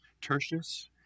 Tertius